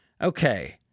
Okay